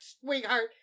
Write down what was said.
Sweetheart